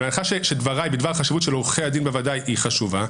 אבל מאחר שדבריי בדבר החשיבות של עורכי הדין בוועדה היא חשובה,